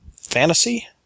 Fantasy